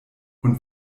und